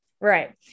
right